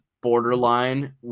borderline